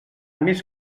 més